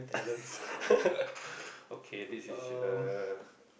okay this is a